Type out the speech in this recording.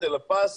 אלא פס